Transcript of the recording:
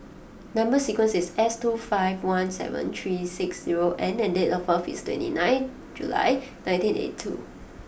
number sequence is S two five one seven three six zero N and date of birth is twenty nine July nineteen eighty two